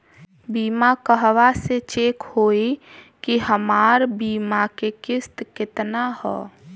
बीमा कहवा से चेक होयी की हमार बीमा के किस्त केतना ह?